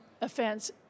offense